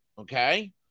Okay